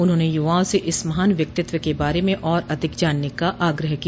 उन्होंने युवाओं से इस महान व्यक्तित्व के बारे में और अधिक जानने का आग्रह किया